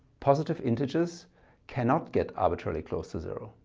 positive integers cannot get arbitrarily close to zero.